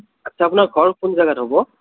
আচ্ছা আপোনাৰ ঘৰ কোন জেগাত হ'ব